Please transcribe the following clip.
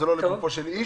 זה לא לגופו של איש,